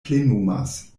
plenumas